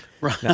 Right